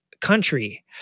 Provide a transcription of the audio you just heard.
country